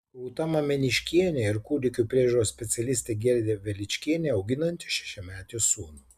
rūta mameniškienė ir kūdikių priežiūros specialistė giedrė veličkienė auginanti šešiametį sūnų